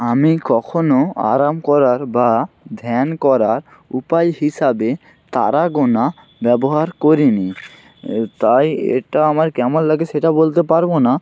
আমি কখনও আরাম করার বা ধ্যান করার উপায় হিসাবে তারা গোনা ব্যবহার করিনি ও তাই এটা আমার কেমন লাগে সেটা বলতে পারবো না